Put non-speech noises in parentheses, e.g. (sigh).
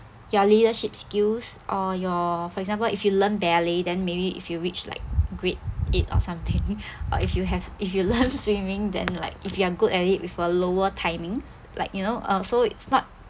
your leadership skills or your for example if you learn ballet then maybe if you reach like grade eight or something (laughs) or if you have if you learn swimming then like if you are good at it with a lower timings like you know uh so it's not